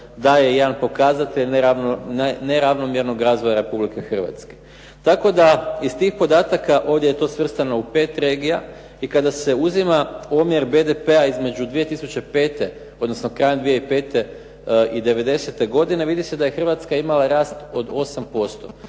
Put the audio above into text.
daje jedan pokazatelj neravnomjernog razvoja Republike Hrvatske. Tako da iz tih podataka, ovdje je to svrstano u pet regija, i kada se uzima omjer BDP-a između 2005., odnosno krajem 2005. i '90. godine vidi se da je Hrvatska imala rast od 8%.